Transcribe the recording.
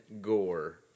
gore